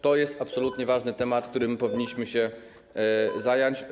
To jest absolutnie ważny temat, którym powinniśmy się zająć.